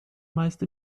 meist